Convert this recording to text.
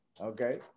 Okay